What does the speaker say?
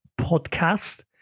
Podcast